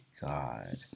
God